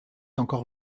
encore